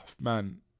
man